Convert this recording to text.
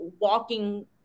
walking